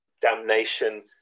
damnation